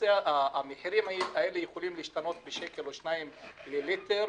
המחירים האלה יכולים להשתנות בשקל או שניים לליטר,